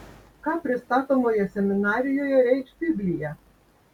ką pristatomoje seminarijoje reikš biblija